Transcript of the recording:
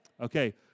Okay